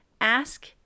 ask